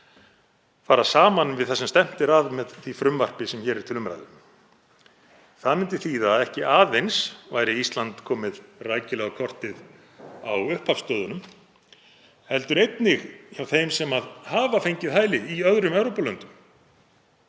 fara saman við það sem stefnt er að með frumvarpinu sem hér er til umræðu. Það myndi þýða að ekki aðeins væri Ísland komið rækilega á kortið á upphafsstöðunum heldur einnig hjá þeim sem hafa fengið hæli í öðrum Evrópulöndum